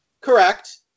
Correct